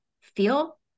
feel